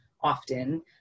often